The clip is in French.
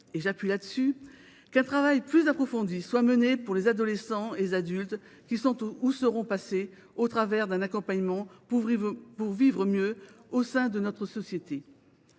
à fait judicieux qu’un travail plus approfondi soit mené pour les adolescents et les adultes qui sont ou seront passés au travers d’un accompagnement pour vivre mieux au sein de notre société.